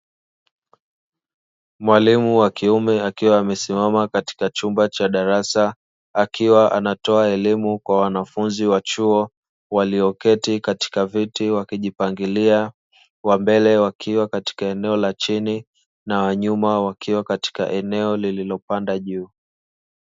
Mwalimu wa kiume akiwa amesimama katika chumba cha darasa, akiwa anatoa elimu kwa wanafunzi wa chuo walioketi katika viti wakijipangilia; wa mbele wakiwa katika eneo la chini na wa nyuma wakiwa katika eneo lililopanda juu.